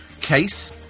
case